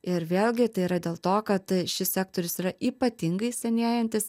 ir vėlgi tai yra dėl to kad šis sektorius yra ypatingai senėjantis